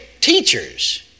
teachers